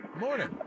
Morning